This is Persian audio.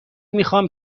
میخام